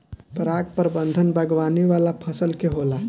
पराग प्रबंधन बागवानी वाला फसल के होला